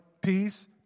peace